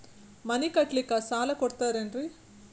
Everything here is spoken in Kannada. ಮನಿ ಕಟ್ಲಿಕ್ಕ ಸಾಲ ಕೊಡ್ತಾರೇನ್ರಿ?